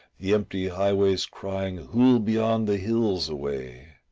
the empty highways crying who'll beyond the hills away?